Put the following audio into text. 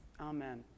Amen